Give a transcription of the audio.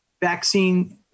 vaccine